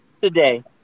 today